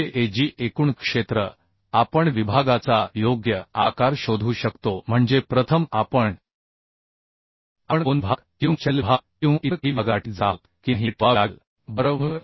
हे Ag एकूण क्षेत्र आपण विभागाचा योग्य आकार शोधू शकतो म्हणजे प्रथम आपण आपण कोन विभाग किंवा चॅनेल विभाग किंवा इतर काही विभागासाठी जात आहोत की नाही हे ठरवावे लागेल बरोबर